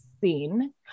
seen